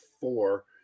four